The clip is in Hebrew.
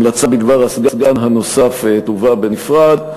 המלצה בדבר הסגן הנוסף תובא בנפרד.